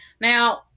Now